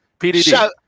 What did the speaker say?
PDD